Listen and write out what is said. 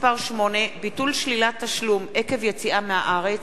חוק שירותי תעופה (פיצוי וסיוע בשל ביטול טיסה או שינוי בתנאיה),